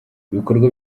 ibikorwa